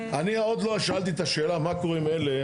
אני עוד לא שאלתי את השאלה מה קורה עם אלה,